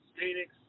Phoenix